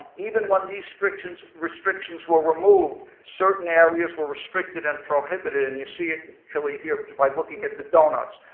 even when these restrictions restrictions were removed, certain areas were restricted and prohibited. and you see it clearly here by looking at the doughnuts.